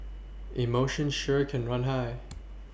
emotions sure can run high